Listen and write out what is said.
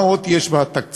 מה עוד יש בתקציב?